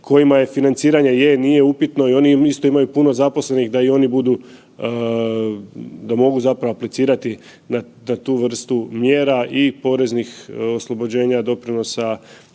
kojima je financiranje je, nije upitno i oni isto imaju puno zaposlenih da i oni budu, da mogu zapravo aplicirati na tu vrstu mjera i poreznih oslobođenja doprinosa